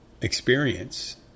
experience